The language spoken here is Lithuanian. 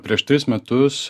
prieš tris metus